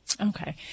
Okay